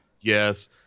Yes